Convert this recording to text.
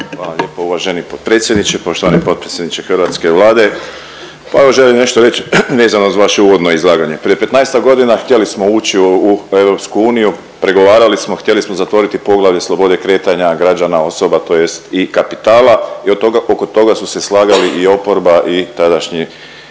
Hvala lijepo. Uvaženi potpredsjedniče, poštovani potpredsjedniče hrvatske Vlade. Pa evo želim nešto reći vezano uz vaše uvodno izlaganje. Prije 15-ak godina htjeli smo ući u EU, pregovarali smo htjeli smo zatvoriti poglavlje slobode kretanja građana, osoba tj. i kapitala i oko toga su se slagali i oporba i tadašnji